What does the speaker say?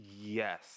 Yes